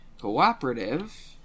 Cooperative